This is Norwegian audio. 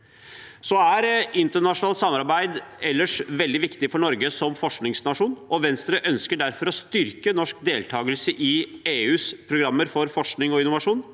Internasjonalt samarbeid er ellers veldig viktig for Norge som forskningsnasjon, og Venstre ønsker derfor å styrke norsk deltakelse i EUs programmer for forskning og innovasjon.